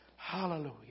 Hallelujah